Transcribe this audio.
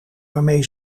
waarmee